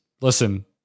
listen